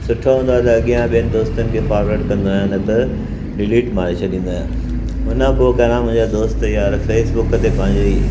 सुठो हूंदो आहे त अॻियां ॿियनि दोस्तनि खे फॉरवर्ड कंदो आहियां न त डिलीट मारे छॾींदो आहियां उन खां पोइ न मुंहिंजा दोस्त यार फेसबुक ते पंहिंजी